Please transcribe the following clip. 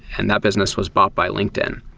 and that business was bought by linkedin.